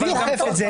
מי אוכף את זה?